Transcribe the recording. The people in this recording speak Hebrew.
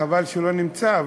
חבל שהוא לא נמצא,